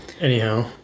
Anyhow